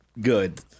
good